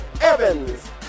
Evans